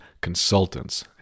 consultants